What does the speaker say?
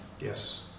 Yes